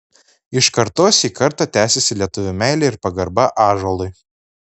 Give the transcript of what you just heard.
iš kartos į kartą tęsiasi lietuvių meilė ir pagarba ąžuolui